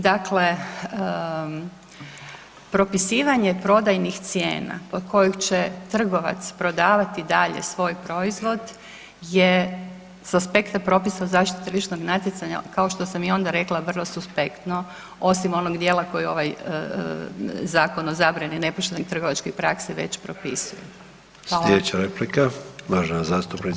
Dakle, propisivanje prodajnih cijena od kojih će trgovac prodavati dalje svoj proizvod je s aspekta propisa zaštite tržišnog natjecanja, kao što sam i onda rekla, vrlo suspektno, osim onog dijela koji ovaj Zakon o zabrani nepoštenih trgovačkih praksi već propisuje.